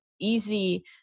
easy